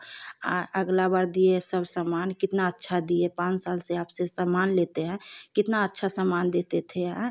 और अगला बार दिए सब सामान कितना अच्छा दिए पाँच साल से आपसे सामान लेते हैं कितना अच्छा सामान देते थे हैं